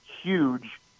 huge